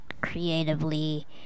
creatively